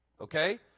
okay